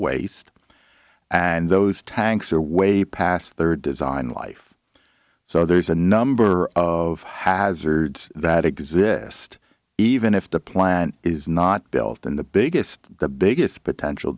waste and those tanks are way past third design life so there's a number of hazards that exist even if the plant is not built and the biggest the biggest potential